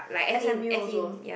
s_m_u also